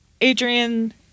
Adrian